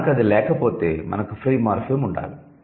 మనకు అది లేకపోతే మనకు ఫ్రీ మార్ఫిమ్ ఉండాలి